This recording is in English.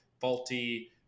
faulty